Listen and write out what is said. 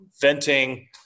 venting